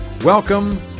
Welcome